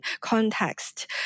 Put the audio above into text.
context